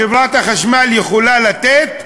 חברת החשמל יכולה לתת,